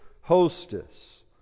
hostess